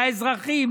לאזרחים,